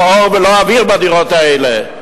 לא אור ולא אוויר בדירות האלה.